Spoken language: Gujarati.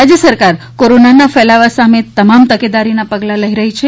રાજ્ય સરકાર કોરનાના ફેલાવ સામે તમામ તકેદારીના પગલા લઇ રહી છે